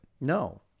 No